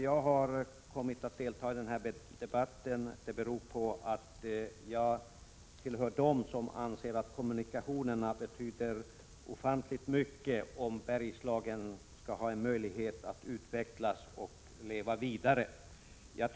Jag har kommit att delta i denna debatt, eftersom jag tillhör dem som anser att kommunikationerna betyder ofantligt mycket för om Bergslagen skall ha en möjlighet att utvecklas och leva vidare.